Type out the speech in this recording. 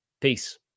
Peace